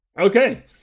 Okay